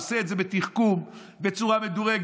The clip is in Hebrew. הוא עושה את זה בתחכום, בצורה מדורגת.